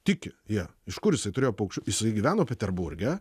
tiki jie iš kur isai turėjo paukščių jisai gyveno peterburge